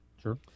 Sure